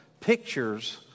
pictures